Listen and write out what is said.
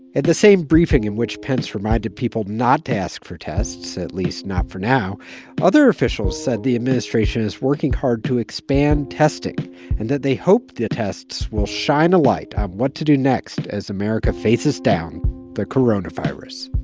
at the same briefing in which pence reminded people not to ask for tests at least, not for now other officials said the administration is working hard to expand testing and that they hope the tests will shine a light on what to do next as america faces down the coronavirus